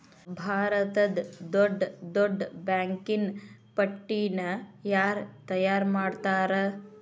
ಭಾರತದ್ದ್ ದೊಡ್ಡ್ ದೊಡ್ಡ್ ಬ್ಯಾಂಕಿನ್ ಪಟ್ಟಿನ ಯಾರ್ ತಯಾರ್ಮಾಡ್ತಾರ?